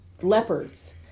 leopards